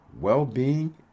well-being